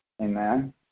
amen